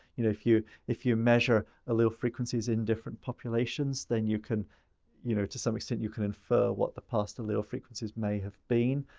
you know, if you if you measure allele frequencies in different populations, then you can you know, to some extent you can infer what the past allele ah frequencies may have been.